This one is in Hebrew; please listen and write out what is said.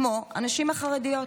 כמו הנשים החרדיות.